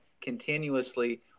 continuously